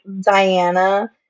Diana